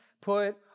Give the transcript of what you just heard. put